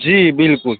जी बिल्कुल